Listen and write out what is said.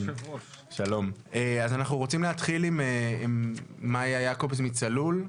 אנחנו רוצים להתחיל עם מאיה יעקבס מצלול.